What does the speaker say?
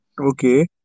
Okay